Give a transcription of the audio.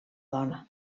dona